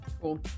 cool